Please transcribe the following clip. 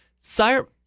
Sire